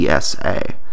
PSA